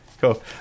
Cool